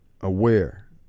aware